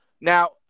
Now